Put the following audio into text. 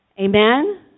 Amen